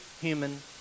human